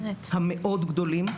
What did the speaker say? המאוד גדולים,